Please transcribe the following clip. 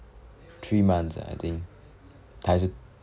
three months ah I think~